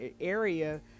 area